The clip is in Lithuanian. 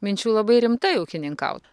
minčių labai rimtai ūkininkaut